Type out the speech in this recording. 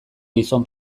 gizon